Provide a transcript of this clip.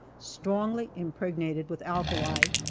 strongly impregnated with alkali,